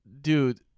dude